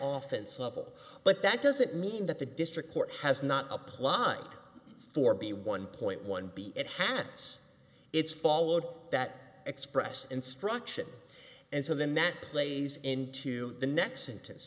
often supple but that doesn't mean that the district court has not applied for b one point one b it happens it's followed that express instruction and so then that plays into the next sentence